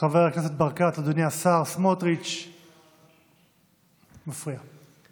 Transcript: חבר הכנסת ברקת, אדוני השר סמוטריץ', זה מפריע.